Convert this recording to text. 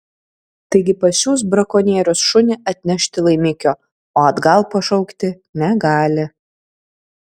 taigi pasiųs brakonierius šunį atnešti laimikio o atgal pašaukti negali